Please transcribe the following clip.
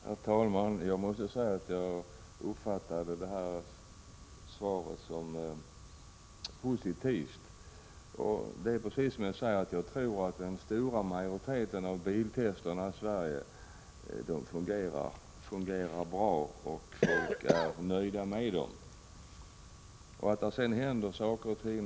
Herr talman! Jag måste säga att jag uppfattade svaret som positivt. Jag tror att den stora majoriteten av biltester i Sverige fungerar bra och att folk är nöjda med dem.